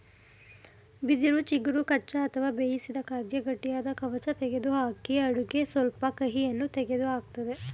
ಬಿದಿರು ಚಿಗುರು ಕಚ್ಚಾ ಅಥವಾ ಬೇಯಿಸಿದ ಖಾದ್ಯ ಗಟ್ಟಿಯಾದ ಕವಚ ತೆಗೆದುಹಾಕಿ ಅಡುಗೆ ಸ್ವಲ್ಪ ಕಹಿಯನ್ನು ತೆಗೆದುಹಾಕ್ತದೆ